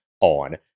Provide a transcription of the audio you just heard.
on